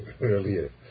earlier